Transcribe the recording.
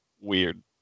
weird